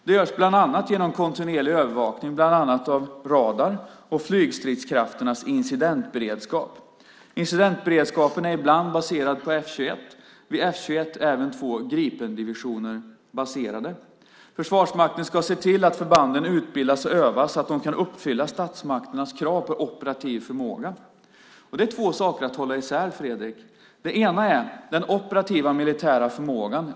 Det görs bland annat genom kontinuerlig övervakning, bland annat av radar, och flygstridskrafternas incidentberedskap. Incidentberedskapen är ibland baserad på F 21. Vid F 21 är även två Gripendivisioner baserade. Försvarsmakten ska se till att förbanden utbildas och övas så att de kan uppfylla statsmakternas krav på operativ förmåga. Det är två saker att hålla isär, Fredrik. Det ena är den operativa militära förmågan.